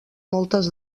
moltes